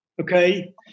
Okay